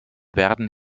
werden